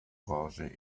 branche